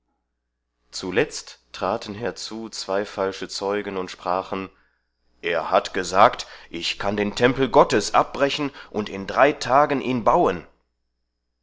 zuletzt traten herzu zwei falsche zeugen und sprachen er hat gesagt ich kann den tempel gottes abbrechen und in drei tagen ihn bauen